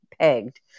pegged